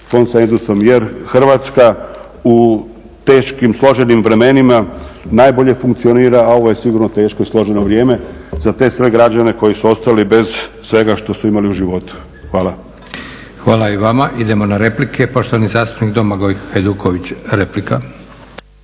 jer Hrvatskim u teškim, složenim vremenima najbolje funkcionara, a ovo je sigurno teško i složeno vrijeme za sve te građane koji su ostali bez svega što su imali u životu. Hvala. **Leko, Josip (SDP)** Hvala i vama. Idemo na replike. Poštovani zastupnik Domagoj Hajduković, replika.